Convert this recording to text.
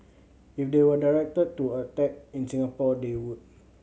if they were directed to attack in Singapore they would